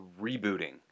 rebooting